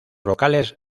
locales